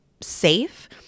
safe